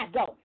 go